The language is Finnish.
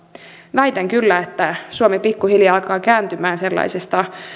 väitän kyllä että suomi pikkuhiljaa alkaa kääntymään sellaisesta